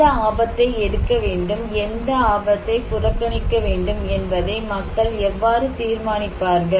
எந்த ஆபத்தை எடுக்க வேண்டும் எந்த ஆபத்தை புறக்கணிக்க வேண்டும் என்பதை மக்கள் எவ்வாறு தீர்மானிப்பார்கள்